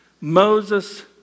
Moses